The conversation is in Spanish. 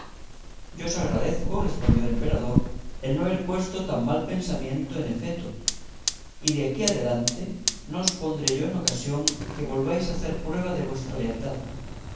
yo os agradezco respondió el emperador el no haber puesto tan mal pensamiento en efeto y de aquí adelante no os pondré yo en ocasión que volváis a hacer prueba de vuestra lealtad